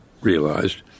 realized